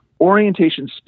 orientation